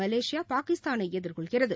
Malaysia பாகிஸ்தானைஎதிர்கொள்கிறது